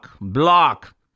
block